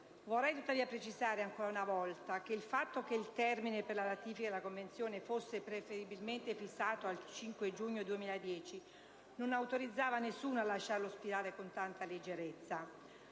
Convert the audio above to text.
Vorrei tuttavia precisare ancora una volta che il fatto che il termine per la ratifica della Convenzione fosse preferibilmente fissato al 5 giugno 2010 non autorizzava nessuno a lasciarlo spirare con tanta leggerezza.